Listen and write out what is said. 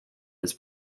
his